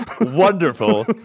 wonderful